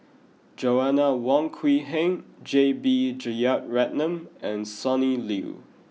Joanna Wong Quee Heng J B Jeyaretnam and Sonny Liew